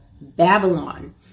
Babylon